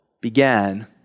began